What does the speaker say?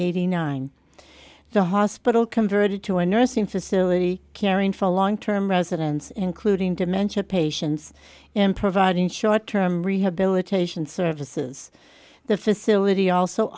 eighty nine the hospital converted to a nursing facility caring for long term residents including dementia patients in providing short term rehabilitation services the facility also